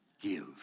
Give